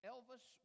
Elvis